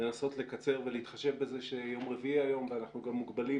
לנסות לקצר ולהתחשב בזה שיום רביעי היום ואנחנו מוגבלים